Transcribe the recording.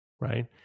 right